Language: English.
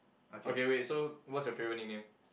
okay wait so what's your favourite nickname